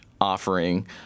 offering